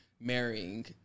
marrying